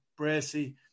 Bracey